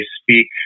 speak